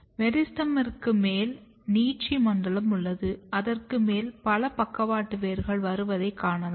மெரிஸ்டெமிற்கு மேல் நீட்சி மண்டலம் உள்ளது அதற்கும் மேல் பல பக்கவாட்டு வேர்கள் வருவதை காணலாம்